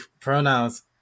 Pronouns